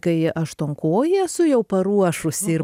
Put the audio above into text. kai aštuonkojį esu jau paruošusi ir